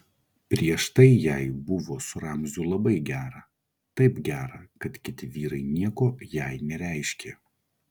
prieš tai jai buvo su ramziu labai gera taip gera kad kiti vyrai nieko jai nereiškė